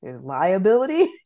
Liability